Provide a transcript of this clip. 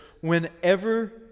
whenever